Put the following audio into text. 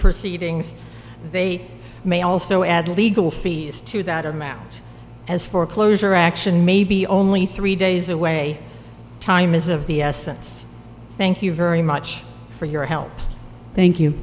proceedings they may also add legal fees to that amount as foreclosure action may be only three days away time is of the essence thank you very much for your help thank